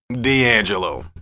D'Angelo